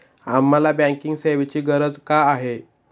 आम्हाला बँकिंग सेवेची गरज का आहे?